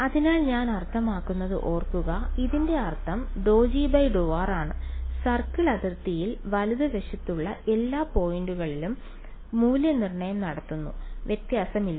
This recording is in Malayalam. അതിനാൽ ഞാൻ അർത്ഥമാക്കുന്നത് ഓർക്കുക ഇതിന്റെ അർത്ഥം ∂G∂r ആണ് സർക്കിൾ അതിർത്തിയിൽ വലതുവശത്തുള്ള എല്ലാ പോയിന്റുകളിലും മൂല്യനിർണ്ണയം നടത്തുന്നു വ്യത്യാസമില്ല